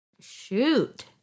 shoot